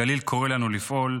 הגליל קורא לנו לפעול.